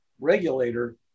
regulator